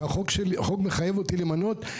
שהחוק מחייב אותי למנות,